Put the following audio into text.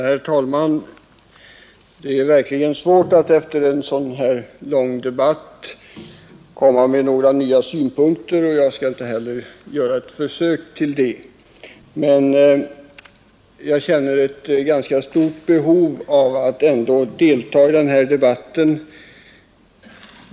Herr talman! Det är verkligen svårt att efter en så här lång debatt anföra några nya synpunkter, och jag skall inte heller göra något försök till det. Men jag känner stort behov av att ändå delta i den här debatten.